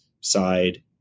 side